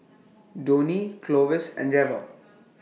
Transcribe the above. Donie Clovis and Reva